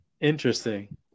Interesting